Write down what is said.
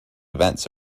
events